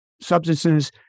substances